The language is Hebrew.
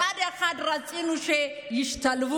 מצד אחד רצו שישתלבו,